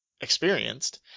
experienced